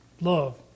love